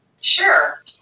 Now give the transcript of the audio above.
Sure